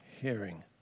hearing